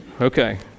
Okay